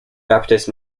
baptist